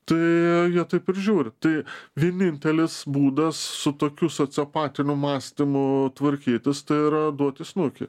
tai jie taip ir žiūri tai vienintelis būdas su tokiu sociopatiniu mąstymu tvarkytis tai yra duot į snukį